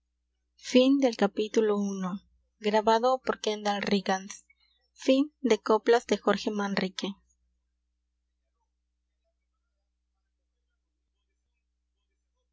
e coplas de don jorge manrique